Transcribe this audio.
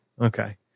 Okay